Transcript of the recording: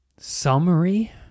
Summary